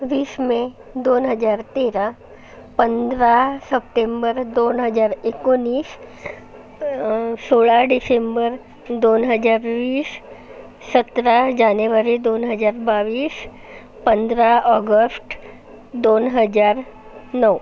वीस मे दोन हजार तेरा पंधरा सप्टेंबर दोन हजार एकोणीस सोळा डिसेंबर दोन हजार वीस सतरा जानेवारी दोन हजार बावीस पंधरा ऑगस्ट दोन हजार नऊ